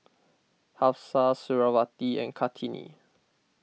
Hafsa Suriawati and Kartini